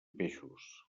peixos